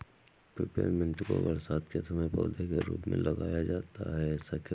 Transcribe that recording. Peppermint को बरसात के समय पौधे के रूप में लगाया जाता है ऐसा क्यो?